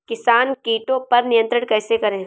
किसान कीटो पर नियंत्रण कैसे करें?